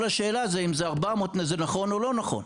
כל השאלה היא האם 400 זה נכון או לא נכון.